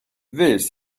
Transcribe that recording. this